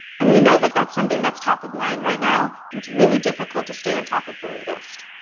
and we know that that's something that's top of mind right now, and it's really difficult to stay on top of the latest.